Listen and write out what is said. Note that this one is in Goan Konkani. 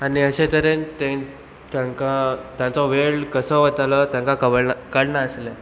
आनी अशे तरेन ते तांकां तांचो वेळ कसो वतालो तांकां कबडना काडनासलें